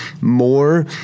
more